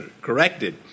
corrected